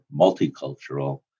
multicultural